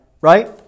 right